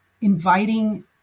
inviting